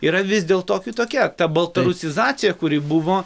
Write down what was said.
yra vis dėlto kitokia ta baltarusizacija kuri buvo